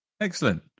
excellent